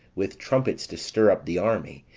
with trumpets to stir up the army,